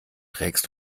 trägst